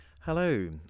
Hello